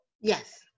Yes